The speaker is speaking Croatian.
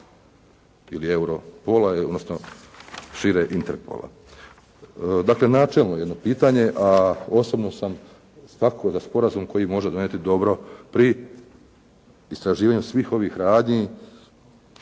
ili Europola odnosno šire Interpola. Dakle, načelno jedno pitanje, a osobno sam svakako za sporazum koji može donijeti dobro pri istraživanju svih ovih radnji